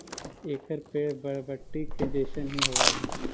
एकर पेड़ बरबटी के जईसन हीं होब हई